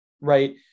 Right